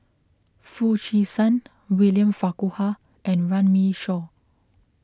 Foo Chee San William Farquhar and Runme Shaw